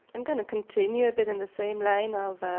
i'm going to continue. i've been in the same line of